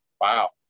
Wow